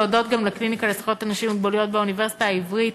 גם להודות לקליניקה לזכויות אנשים עם מוגבלויות באוניברסיטה העברית